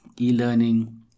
e-learning